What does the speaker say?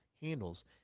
handles